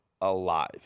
alive